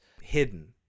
hidden